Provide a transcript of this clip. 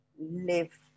live